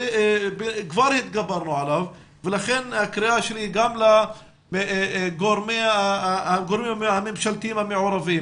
כבר התגברנו עליו ולכן הקריאה שלי גם לגורמים הממשלתיים המעורבים,